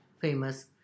famous